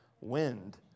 wind